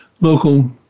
local